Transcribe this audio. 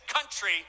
country